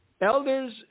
Elder's